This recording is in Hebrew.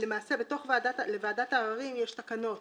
למעשה לוועדת העררים יש תקנות